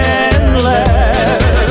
endless